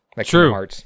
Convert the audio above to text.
True